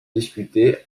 discutée